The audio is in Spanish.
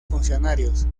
funcionarios